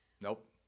Nope